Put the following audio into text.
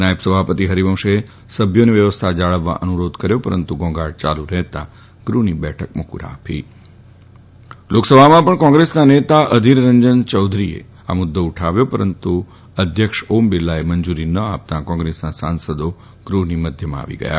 નાયબ સભાપતિ હરિવંશે સભ્યોને વ્યવસ્થા જાળવવા અનુરોધ કર્યો પરંતુ તેમ છતાં ઘોંઘાટ ચાલુ રહેતાં ગુહની બેઠક મોકુફ રાખી લોકસભામાં કોંગ્રેસના નેતા અધિરંજન ચૌધરીએ આ મુદ્દો ઉઠાવ્યો પરંતુ અધ્યક્ષ ઓમ બિરલાએ મંજૂરી ન આપતાં કોંગ્રેસના સાંસદો ગૃહની મધ્યમાં આવી ગયા